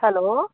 hello